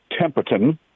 Temperton